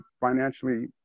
financially